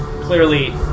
clearly